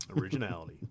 originality